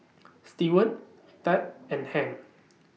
Steward Thad and Ham